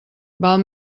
val